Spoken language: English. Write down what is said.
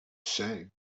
say